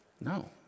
No